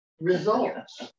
results